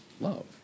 love